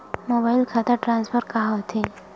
Mobile खाता transfer का होथे?